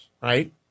Right